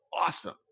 awesome